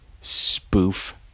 spoof